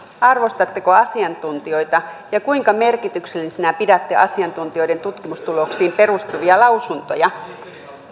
arvostatteko asiantuntijoita ja kuinka merkityksellisinä pidätte asiantuntijoiden tutkimustuloksiin perustuvia lausuntoja